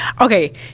Okay